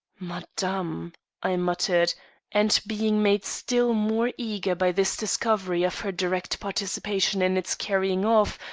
madame! i muttered and being made still more eager by this discovery of her direct participation in its carrying off,